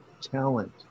talent